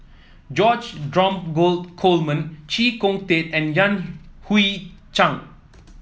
George Dromgold Coleman Chee Kong Tet and Yan Hui Chang